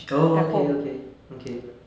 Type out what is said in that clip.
oh okay okay